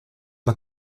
man